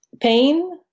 Pain